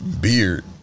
beard